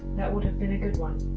that would have been a good one